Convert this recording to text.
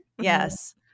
Yes